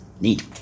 Neat